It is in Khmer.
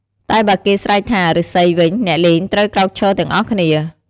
តែបើគេស្រែកថា ឬស្សីវិញ អ្នកលេងត្រូវក្រោកឈរទាំងអស់គ្នា។